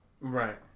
Right